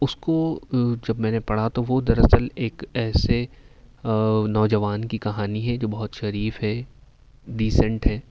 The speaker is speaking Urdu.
اس کو جب میں نے پڑھا تو وہ دراصل ایک ایسے نوجوان کی کہانی ہے جو بہت شریف ہے ڈیسنٹ ہے